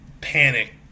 panic